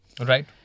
Right